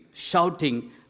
Shouting